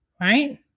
right